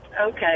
Okay